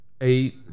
eight